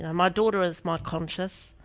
um daughter is my conscious,